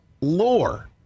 lore